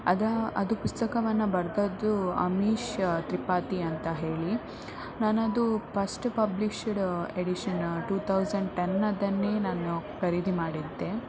ಅದ ಅದು ಪುಸ್ತಕವನ್ನು ಬರೆದದ್ದು ಅಮೀಶ್ ತ್ರಿಪಾಠಿ ಅಂತ ಹೇಳಿ ನಾನದು first published edition two thousand ಟೆನ್ನದ್ದನ್ನೇ ನಾನು ಖರೀದಿ ಮಾಡಿದ್ದೆ